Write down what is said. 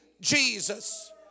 Jesus